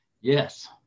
Yes